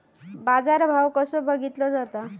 बाजार भाव कसो बघीतलो जाता?